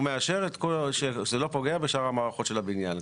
הוא מאשר שזה לא פוגע בשאר המערכות של הבניין,